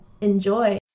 Enjoy